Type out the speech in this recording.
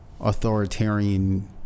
authoritarian